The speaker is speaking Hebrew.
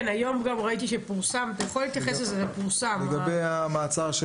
היום גם ראיתי שפורסם --- לגבי המעצר,